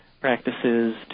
practices